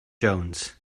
jones